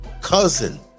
cousin